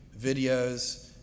videos